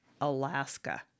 Alaska